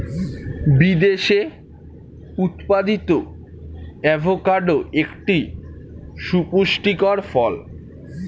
বিদেশে উৎপাদিত অ্যাভোকাডো একটি সুপুষ্টিকর ফল